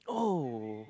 oh